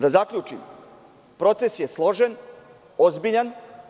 Da zaključim proces je složen, ozbiljan.